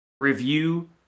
review